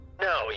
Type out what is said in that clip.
No